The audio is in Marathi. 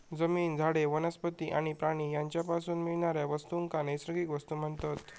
जमीन, झाडे, वनस्पती आणि प्राणी यांच्यापासून मिळणाऱ्या वस्तूंका नैसर्गिक वस्तू म्हणतत